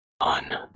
on